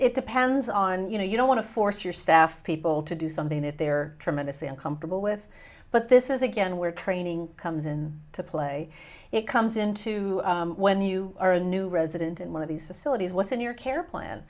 it's depends on you know you don't want to force your staff people to do something that they're tremendously uncomfortable with but this is again where training comes in to play it comes into when you are a new resident in one of these facilities what's in your care plan